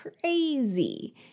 crazy